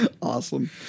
Awesome